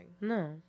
no